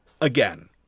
again